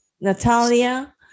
Natalia